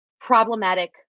problematic